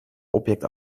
object